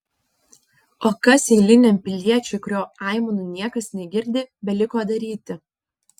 o kas eiliniam piliečiui kurio aimanų niekas negirdi beliko daryti